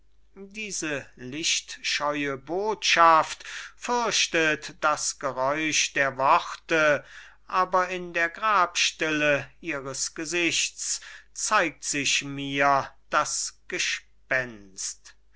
diese lichtscheue bothschaft fürchtet das geräusch der worte aber in der grabesstille ihres gesichts zeigt sich mir das